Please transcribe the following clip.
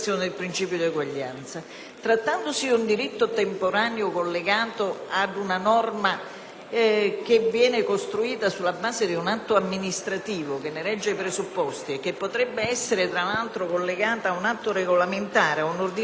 Trattandosi infatti di un diritto temporaneo, collegato ad una norma costruita sulla base di un atto amministrativo che ne regge i presupposti, e che potrebbe essere tra l'altro collegato ad un atto regolamentare, ad un'ordinanza, piuttosto che ad un